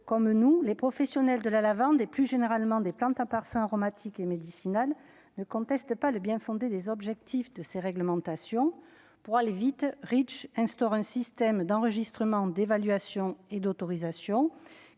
comme nous, les professionnels de la lavande et plus généralement des plantes à parfum aromatiques et médicinales, ne conteste pas le bien-fondé des objectifs de ces réglementations pour aller vite, Ridge instaure un système d'enregistrement, d'évaluation et d'autorisation